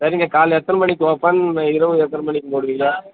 சரிங்க காலையில் எத்தன மணிக்கு ஓப்பன் இரவு எத்தனை மணிக்கு மூடுவீங்க